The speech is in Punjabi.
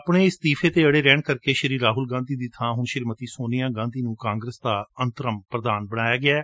ਆਪਣੇ ਇਸਤੀਫ਼ੇ ਤੇ ਅੜੇ ਰਹਿਣ ਕਰਕੇ ਸ੍ਰੀ ਰਾਹੁਲ ਗਾਂਧੀ ਦੀ ਬਾਂ ਹੁਣ ਸ੍ਰੀਮਤੀ ਸੋਨੀਆ ਗਾਂਧੀ ਨੂੰ ਕਾਂਗਰਸ ਦਾ ਅੰਤਰਿਮ ਪੁਧਾਨ ਬਣਾਇਐ